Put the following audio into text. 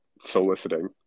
soliciting